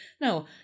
no